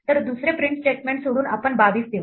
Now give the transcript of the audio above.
तर दुसरे print statement सोडून आपण 22 देऊ